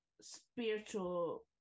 spiritual